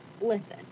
listen